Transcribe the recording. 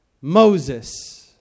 Moses